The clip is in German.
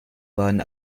waren